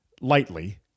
lightly